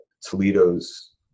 Toledo's